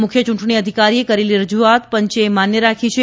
મુખ્ય યૂંટણી અધિકારીએ કરેલી રજૂઆત પંચે માન્ય રાખી છે